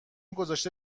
گذاشته